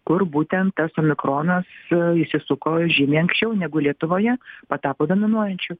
kur būtent tas omikronas įsisuko žymiai anksčiau negu lietuvoje patapo dominuojančiu